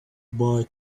boy